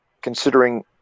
considering